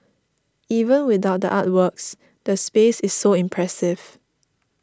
even without the artworks the space is so impressive